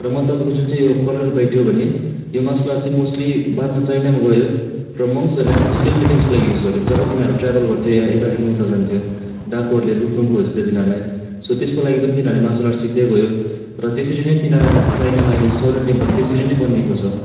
र मैले तपाईँको यो जुन चाहिँ कलरियापयट्टु भनेँ योे मार्सल आर्ट चाहिँ मोस्टली बादमा चाइनामा गयो र मङ्सहरूले आफ्नो सेल्फ डिफेन्सको लागि युज गर्यो जब तिनीहरू ट्राभल गर्थ्यो या यतादेखि उता जान्थ्यो डाकुहरूले लुट्नु खोज्थ्यो तिनीहरूलाई सो त्यसको लागि पनि तिनीहरूले मार्सल आर्ट सिक्दै गयो र त्यसरी नै तिनीहरू चाइनामा अहिले सौलिन टेम्पल त्यसरी नै बनिएको छ